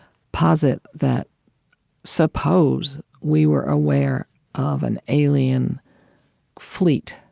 posit that suppose we were aware of an alien fleet,